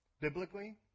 Biblically